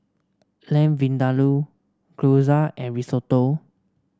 Lamb Vindaloo Gyoza and Risotto